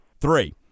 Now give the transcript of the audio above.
Three